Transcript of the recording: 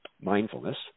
mindfulness –